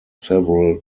several